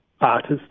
artist